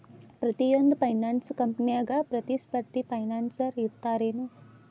ಪ್ರತಿಯೊಂದ್ ಫೈನಾನ್ಸ ಕಂಪ್ನ್ಯಾಗ ಪ್ರತಿಸ್ಪರ್ಧಿ ಫೈನಾನ್ಸರ್ ಇರ್ತಾರೆನು?